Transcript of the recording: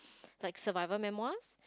like survival memoirs